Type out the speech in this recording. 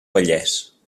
vallès